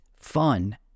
fun